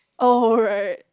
alright